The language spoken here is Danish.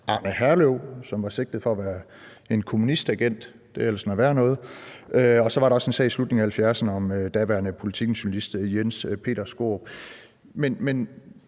Petersen, som var sigtet for at være kommunistisk agent – det er ellers noget værre noget. Og så var der også en sag i slutningen af 1970'erne om daværende journalist ved Politiken Jens Peter Skaarup.